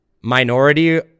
minority